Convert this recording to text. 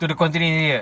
to the quarantine area